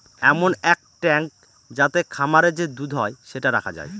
এমন এক ট্যাঙ্ক যাতে খামারে যে দুধ হয় সেটা রাখা যায়